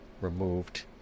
removed